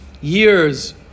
years